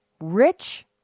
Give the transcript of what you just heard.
rich